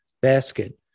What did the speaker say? basket